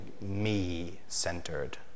me-centered